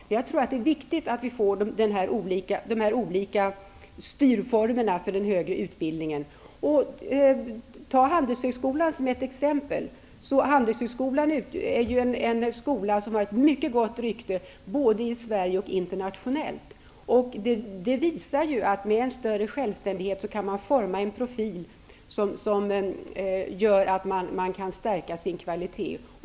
Det är viktigt att vi får olika styrformer för den högre utbildningen. Låt mig ta Handelshögskolan som exempel. Den har ett mycket gott rykte både i Sverige och internationellt. Det visar att man med en större självständighet kan forma en profil som gör att man kan stärka sin kvalitet.